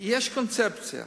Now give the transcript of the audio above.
שיש קונספציה: